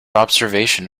observation